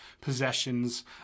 possessions